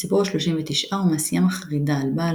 הסיפור השלושים ותשעה הוא מעשיה מחרידה על בעל